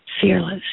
fearless